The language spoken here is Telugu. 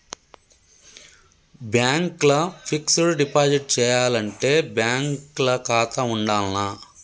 బ్యాంక్ ల ఫిక్స్ డ్ డిపాజిట్ చేయాలంటే బ్యాంక్ ల ఖాతా ఉండాల్నా?